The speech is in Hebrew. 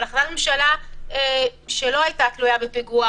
אבל החלטת ממשלה שלא הייתה תלויה בפיגוע,